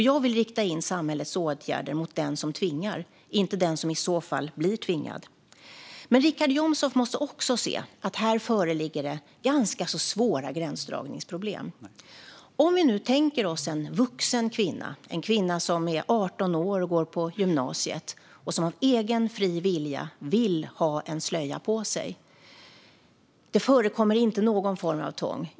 Jag vill rikta in samhällets åtgärder mot den som tvingar, inte den som i så fall blir tvingad. Men Richard Jomshof måste också se att det föreligger ganska svåra gränsdragningsproblem. Vi tänker oss en vuxen kvinna som är 18 år, går på gymnasiet och av egen fri vilja har en slöja på sig. Det förekommer inte någon form av tvång.